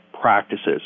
practices